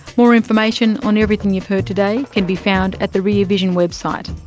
more information on everything you've heard today can be found at the rear vision website.